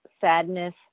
sadness